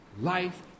life